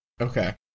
Okay